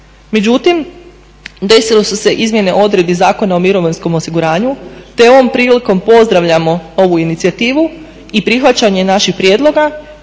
Međutim, desile su se izmjene odredbi Zakona o mirovinskom osiguranju, te ovom prilikom pozdravljamo ovu inicijativu i prihvaćanje naših prijedloga